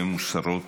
והן מוסרות,